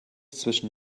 zwischen